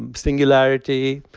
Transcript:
and singularity,